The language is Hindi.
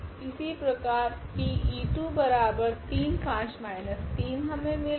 इसी प्रकार T35 3 हमे मिलेगा